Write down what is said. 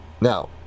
Now